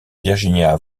virginia